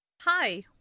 Hi